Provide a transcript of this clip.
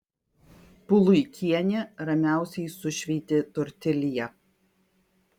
puluikienė ramiausiai sušveitė tortilją